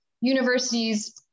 universities